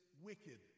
wicked